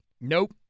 Nope